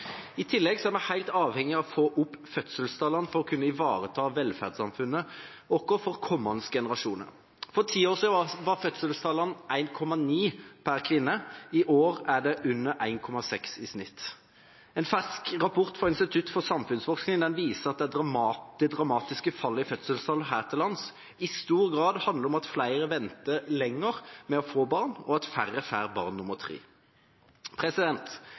I tillegg er vi helt avhengige av å få opp fødselstallene for å kunne ivareta velferdssamfunnet vårt for kommende generasjoner. For ti år siden var fødselstallet 1,9 per kvinne, i år er det under 1,6 i snitt. En fersk rapport fra Institutt for samfunnsforskning viser at det dramatiske fallet i fødselstall her til lands i stor grad handler om at flere venter lenger med å få barn, og at færre får barn nummer tre.